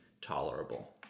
tolerable